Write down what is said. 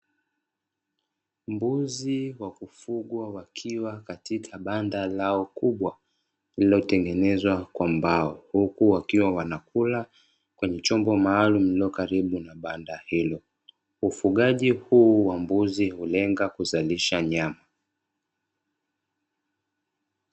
Mbuzi wa kufugwa wakiwa katika banda lao kubwa lililotengenezwa kwa mbao, huku wakiwa wanakula kwenye chombo maalum lililo karibu na banda hilo. Ufugaji huu wa mbuzi hulenga kuzalisha nyama.